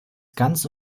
ganze